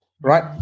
right